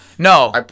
No